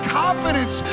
confidence